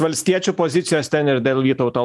valstiečių pozicijos ten ir dėl vytauto